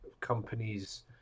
companies